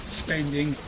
spending